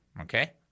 okay